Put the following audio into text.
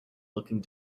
looking